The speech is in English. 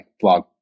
blog